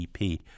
EP